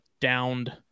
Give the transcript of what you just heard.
downed